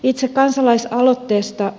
itse kansalaisaloitteesta